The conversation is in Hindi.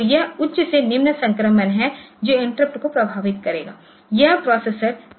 तो यह उच्च से निम्न संक्रमण है जो इंटरप्ट को प्रभावित करेगा यह प्रोसेसर द्वारा एक्नॉलेज किए जाने के लिए